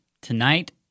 tonight